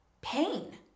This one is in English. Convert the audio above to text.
pain